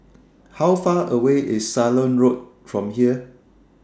How Far away IS Ceylon Road from here